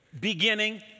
beginning